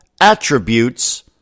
attributes